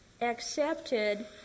accepted